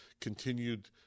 continued